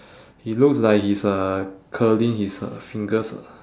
he looks like he's uh curling his uh fingers lah